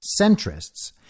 centrists